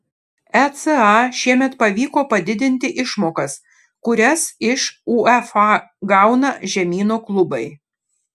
eca šiemet pavyko padidinti išmokas kurias iš uefa gauna žemyno klubai